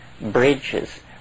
bridges